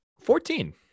Fourteen